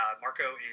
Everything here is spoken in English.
Marco